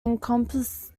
encompass